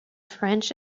french